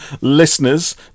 listeners